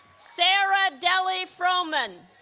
sarah deli frohman